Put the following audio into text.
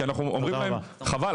כי אנחנו אומרים להם "חבל,